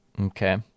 Okay